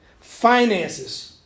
Finances